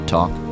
Talk